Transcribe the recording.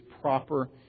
proper